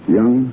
Young